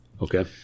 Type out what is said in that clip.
Okay